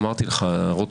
אמרתי: רוטמן,